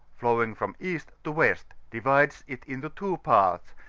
flowing from east to west, divides it into two parts,